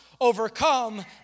overcome